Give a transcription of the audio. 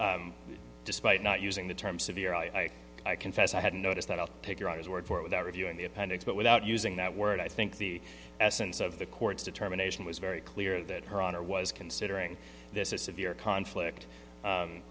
court despite not using the term severe i i confess i hadn't noticed that i'll take your eyes word for it without reviewing the appendix but without using that word i think the essence of the court's determination was very clear that her honor was considering this is severe conflict